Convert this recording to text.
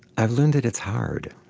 i've learned that it's hard.